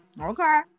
Okay